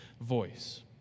voice